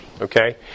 okay